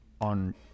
on